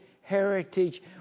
heritage